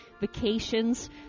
vacations